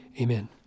Amen